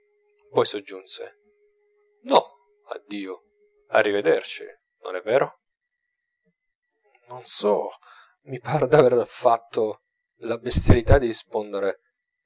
poi soggiunse no addio a rivederci non è vero non so mi par d'aver fatto la bestialità di rispondere